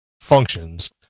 functions